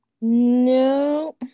No